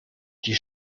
die